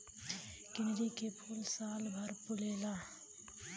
कनेरी के फूल सालभर फुलेला